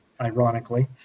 ironically